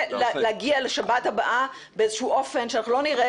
להגיע לשבת הבאה באיזה שהוא אופן שאנחנו לא נראה,